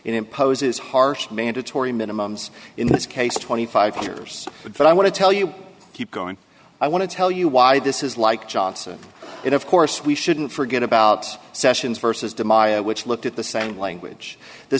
and imposes harsh mandatory minimums in this case twenty five years but i want to tell you keep going i want to tell you why this is like johnson and of course we shouldn't forget about sessions versus demaio which looked at the same language the